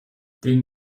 den